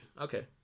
Okay